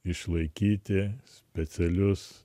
išlaikyti specialius